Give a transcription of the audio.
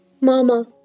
Mama